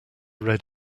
read